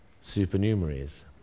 supernumeraries